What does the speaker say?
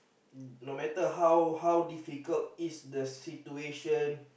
no matter how how difficult is the situation